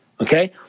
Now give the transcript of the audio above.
okay